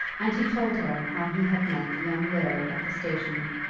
and he told her how he had met the young widow at the station,